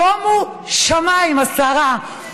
שומו שמיים, השרה.